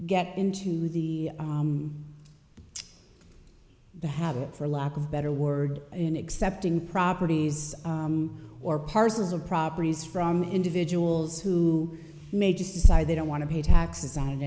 get into the the habit for lack of better word in accepting properties or parcels of properties from individuals who may just decide they don't want to pay taxes on it